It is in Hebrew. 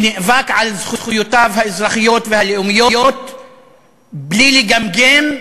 שנאבק על זכויותיו האזרחיות והלאומיות בלי לגמגם,